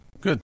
Good